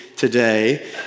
Today